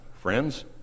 Friends